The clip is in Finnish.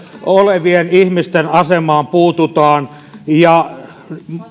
olevien ihmisten asemaan puututaan ja